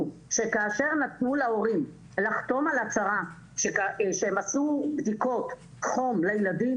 שכאשר נתנו להורים לחתום על הצהרה שהם עשו בדיקות חום לילדים,